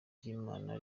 byimana